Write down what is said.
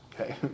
okay